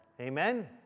amen